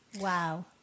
Wow